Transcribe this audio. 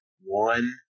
One